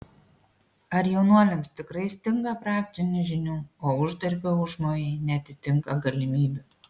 ar jaunuoliams tikrai stinga praktinių žinių o uždarbio užmojai neatitinka galimybių